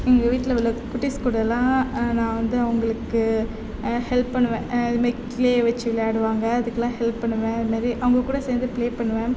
எங்கள் வீட்டில் உள்ள குட்டிஸ் கூடயெலாம் நான் வந்து அவங்களுக்கு ஹெல்ப் பண்ணுவேன் இது மாரி கிலே வெச்சு விளையாடுவாங்க அதுக்கெலாம் ஹெல்ப் பண்ணுவேன் அது மாரி அவங்கக்கூட சேர்ந்து பிளே பண்ணுவேன்